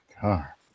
car